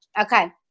okay